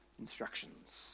instructions